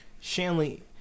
Shanley